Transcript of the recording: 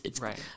Right